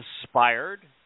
inspired